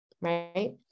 right